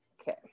Okay